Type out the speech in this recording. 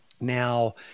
Now